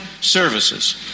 services